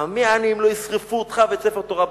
תמה אני אם לא ישרפו אותך ואת ספר התורה באש".